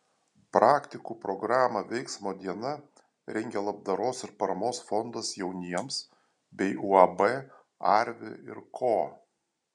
praktikų programą veiksmo diena rengia labdaros ir paramos fondas jauniems bei uab arvi ir ko